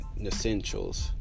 essentials